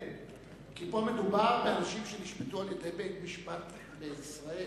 כי פה מדובר באנשים שנשפטו על-ידי בית-משפט בישראל,